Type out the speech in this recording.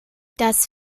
das